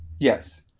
Yes